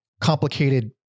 complicated